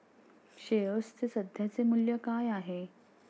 शेअर्सचे सध्याचे मूल्य काय आहे?